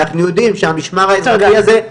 אנחנו יודעים שהמשמר האזרחי הזה,